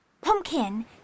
Pumpkin